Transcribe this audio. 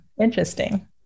Interesting